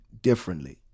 differently